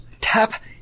tap